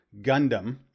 Gundam